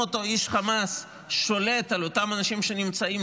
האם אותו איש חמאס שולט על אותם אנשים שנמצאים